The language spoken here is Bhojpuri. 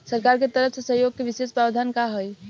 सरकार के तरफ से सहयोग के विशेष प्रावधान का हई?